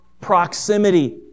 proximity